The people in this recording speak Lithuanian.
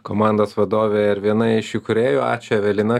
komandos vadovė ir viena iš įkūrėjų ačiū evelina